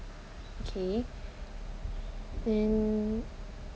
okay and